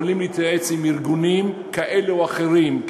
יכולים להתייעץ עם ארגונים כאלה או אחרים,